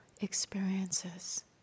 experiences